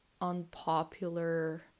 unpopular